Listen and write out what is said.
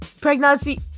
pregnancy